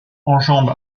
enjambe